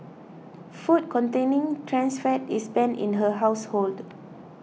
food containing trans fat is banned in her household